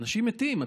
אנשים מתים.